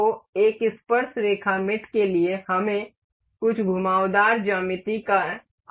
तो एक स्पर्शरेखा मेट के लिए हमें कुछ घुमावदार ज्यामिति की आवश्यकता है